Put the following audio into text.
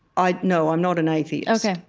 i no, i'm not an atheist ok.